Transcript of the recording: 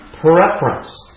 preference